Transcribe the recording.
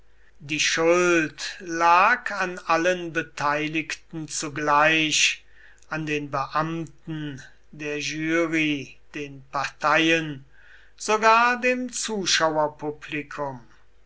die schuld lag an allen beteiligten zugleich an den beamten der jury den parteien sogar dem zuschauerpublikum